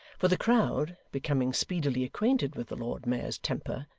for the crowd, becoming speedily acquainted with the lord mayor's temper,